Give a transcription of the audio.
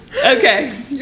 Okay